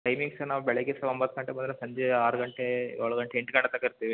timings ನಾವು ಬೆಳಿಗ್ಗೆ sir ಒಂಬತ್ತು ಗಂಟೆ ಬಂದ್ರೆ ಸಂಜೆ ಆರು ಗಂಟೆ ಏಳು ಗಂಟೆ ಎಂಟು ಗಂಟೆ ತನಕ ಇರ್ತೀವಿ